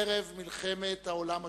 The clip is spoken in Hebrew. ערב מלחמת העולם השנייה.